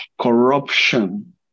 corruption